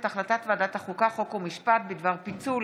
החלטת ועדת החוקה, חוק ומשפט בדבר פיצול